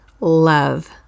love